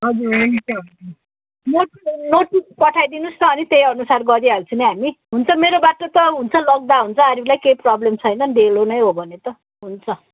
हजुर हुन्छ नोटिस पठाइदिनु न अनि त्यही अनुसार गरिहाल्छौँ नि हामी हुन्छ मेरोबाट त लग्दा हुन्छ केही प्रोब्लम छैन डेलो नै हो भने त हुन्छ